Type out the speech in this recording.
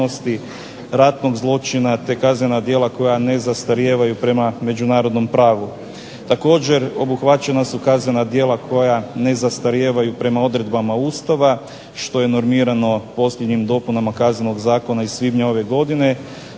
zločina te kaznena djela koja nezastarijevaju prema međunarodnom pravu. Također obuhvaćena su kaznena djela koja nezastarijevaju prema odredbama Ustava što je normirano posljednjim dopunama Kaznenog zakona iz svibnja ove godine.